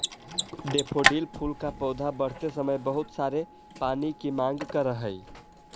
daffodil फूल का पौधा बढ़ते समय बहुत सारे पानी की मांग करअ हई